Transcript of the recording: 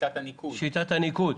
שיטת הניקוד.